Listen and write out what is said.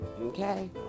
Okay